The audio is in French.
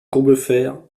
combeferre